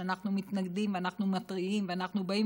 שאנחנו מתנגדים ואנחנו מתריעים ואנחנו באים